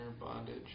bondage